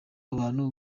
abantu